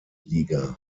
liga